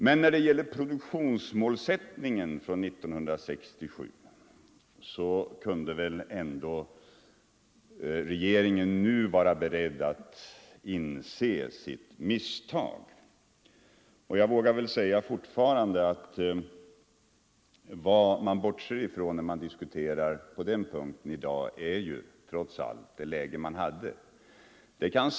Men när det gäller produktionsmålsättningen från 1967 så kunde väl regeringen = Ang. jordbrukspolinu vara beredd att inse sitt misstag, sade herr Krönmark. Jag vågar väl — tiken säga fortfarande att vad man bortser ifrån när man diskuterar på den här punkten i dag trots allt är det läge som fanns den gången.